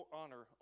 honor